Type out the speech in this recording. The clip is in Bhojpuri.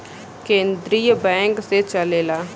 केन्द्रीय बैंक से चलेला